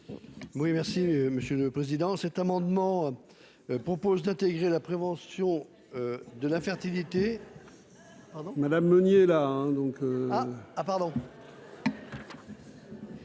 Oui, merci Monsieur le Président, cet amendement propose d'intégrer la prévention de la fertilité. Pardon madame Meunier là hein donc